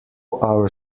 our